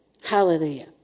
Hallelujah